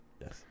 yes